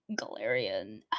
Galarian